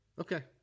Okay